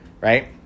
right